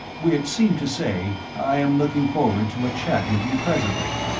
which seemed to say, i am looking forward to a chat with you presently.